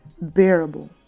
bearable